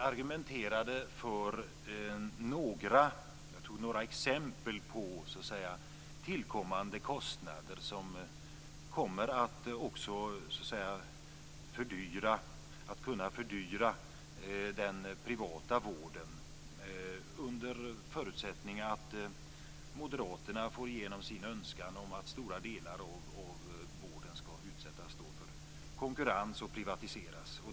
Fru talman! Jag tog några exempel på tillkommande kostnader som kommer att kunna fördyra den privata vården, under förutsättning att moderaterna får igenom sin önskan om att stora delar av vården skall utsättas för konkurrens och privatiseras.